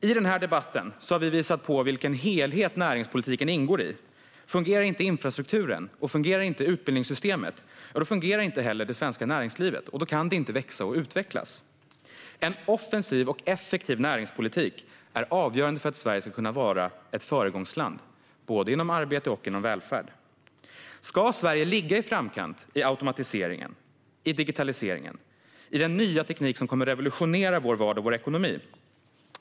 I denna debatt har vi visat vilken helhet näringspolitiken ingår i. Fungerar inte infrastrukturen och utbildningssystemet fungerar heller inte det svenska näringslivet, och då kan det inte växa och utvecklas. En offensiv och effektiv näringspolitik är avgörande för att Sverige ska kunna fortsätta vara ett föregångsland inom arbete och inom välfärd. Ska Sverige ligga i framkant i automatiseringen, i digitaliseringen, i den nya teknik som kommer att revolutionera vår vardag och vår ekonomi?